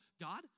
God